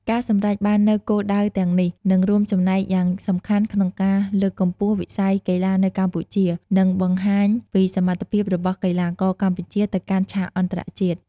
ការសម្រេចបាននូវគោលដៅទាំងនេះ នឹងរួមចំណែកយ៉ាងសំខាន់ក្នុងការលើកកម្ពស់វិស័យកីឡានៅកម្ពុជា និងបង្ហាញពីសមត្ថភាពរបស់កីឡាករកម្ពុជាទៅកាន់ឆាកអន្តរជាតិ។